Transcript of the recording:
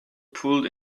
pulled